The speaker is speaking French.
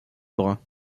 brun